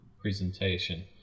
presentation